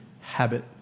habit